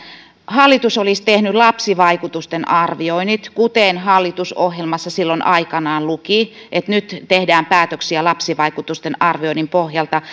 hallitus olisi tehnyt lapsivaikutusten arvioinnit kuten hallitusohjelmassa silloin aikanaan luki että nyt tehdään päätöksiä lapsivaikutusten arvioinnin pohjalta